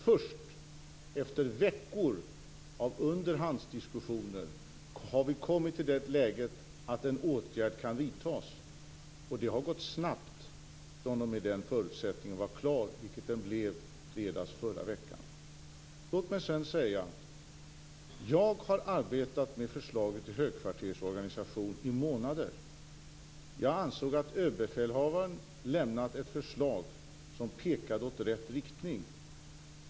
Först efter veckor av underhandsdiskussioner har vi kommit i det läget att en åtgärd kan vidtas. Det har gått snabbt från den tidpunkt då den förutsättningen var klar, vilket den blev i fredags. Låt mig sedan säga att jag har arbetat med förslaget till högkvartersorganisation i månader. Jag ansåg att överbefälhavaren hade lämnat ett förslag som pekade i rätt riktning.